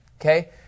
okay